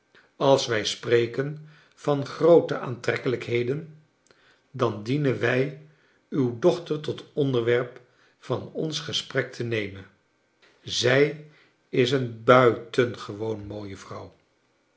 als wij spreken van groote aantrekkelijkheden dan dienen wij uw dochter tot onderwerp van ons gesprek te nemen zij is een buitengewoon mooie vrouw